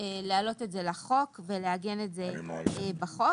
להעלות את זה לחוק ולעגן את זה בחוק.